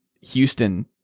Houston